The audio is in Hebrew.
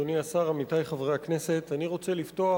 תודה רבה,